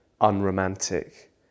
unromantic